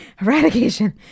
Eradication